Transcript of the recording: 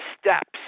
steps